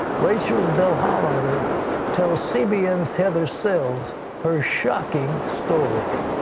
rachael denhollander tells cbn's heather sells her shocking story.